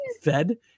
fed